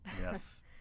Yes